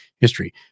history